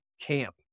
camp